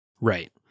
Right